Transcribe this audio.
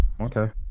okay